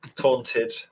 taunted